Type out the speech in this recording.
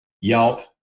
Yelp